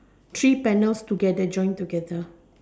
three panels together join together